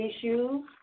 issues